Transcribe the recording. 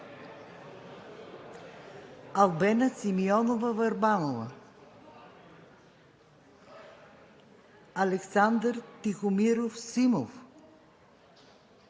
Албена Симеонова Върбанова - тук Александър Тихомиров Симов